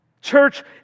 Church